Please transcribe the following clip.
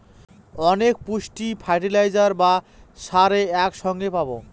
অনেক পুষ্টি ফার্টিলাইজার বা সারে এক সঙ্গে পাবো